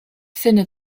findet